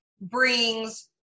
brings